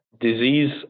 disease